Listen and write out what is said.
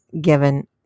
given